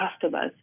customers